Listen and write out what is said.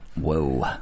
Whoa